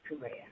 career